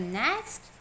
next